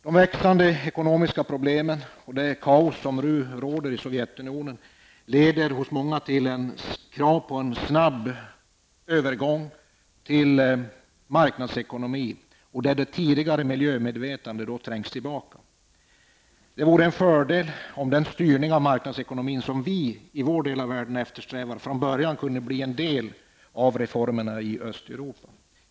De växande ekonomiska problemen och det kaos som nu råder i Sovjetunionen leder hos många till krav på en snabb övergång till marknadsekonomi, och det tidigare miljömedvetandet trängs tillbaka. Det vore en fördel om den styrning av marknadsekonomin som vi i vår del av världen eftersträvar från början kunde bli en del av reformerna i Östeuropa.